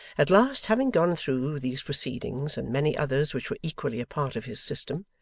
at last, having gone through these proceedings and many others which were equally a part of his system,